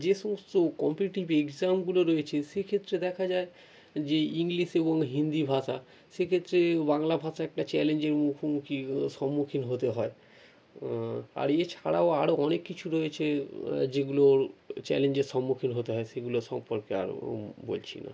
যে সমস্ত কম্পিটিটিভ এক্সামগুলো রয়েছে সেক্ষেত্রে দেখা যায় যে ইংলিশ এবং হিন্দি ভাষা সেক্ষেত্রেও বাংলা ভাষা একটা চ্যালেঞ্জের মুখোমুখি সম্মুখীন হতে হয় আর এছাড়াও আরও অনেক কিছু রয়েছে যেগুলোর চ্যালেঞ্জের সম্মুখীন হতে হয় সেগুলো সম্পর্কে আর বলছি না